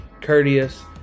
courteous